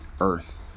earth